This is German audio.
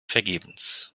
vergebens